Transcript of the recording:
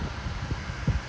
orh